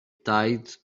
tides